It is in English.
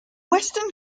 western